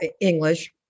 English